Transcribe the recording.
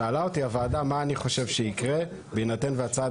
שאלה אותי הוועדה מה אני חושב שיקרה בהינתן והצעד